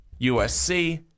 USC